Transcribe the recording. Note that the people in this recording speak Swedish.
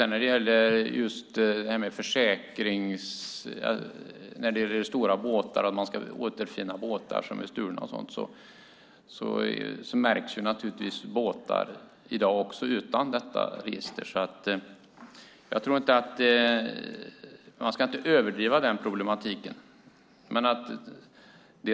När det gäller försäkringar, att återfinna stora båtar som är stulna och liknande vill jag säga att båtar märks redan i dag, utan detta register. Man ska alltså inte överdriva den problematiken.